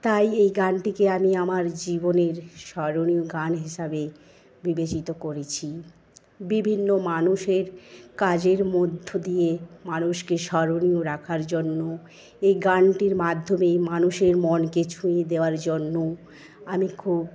তাই এই গানটিকে আমি আমার জীবনের স্বরণীয় গান হিসাবে বিবেচিত করেছি বিভিন্ন মানুষের কাজের মধ্য দিয়ে মানুষকে স্বরণীয় রাখার জন্য এই গানটির মাধ্যমে মানুষের মনকে ছুঁয়ে দেওয়ার জন্য আমি খুব